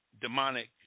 demonic